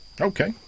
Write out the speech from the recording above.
Okay